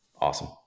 awesome